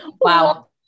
wow